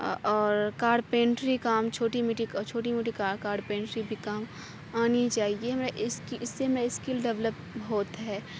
اور کارپینٹری کام چھوٹی میٹی چھوٹی موٹی کارپیٹری کی کام آنی چاہیے ہمیں اس کی اس سے ہمیں اسکل ڈیولپ ہوتا ہے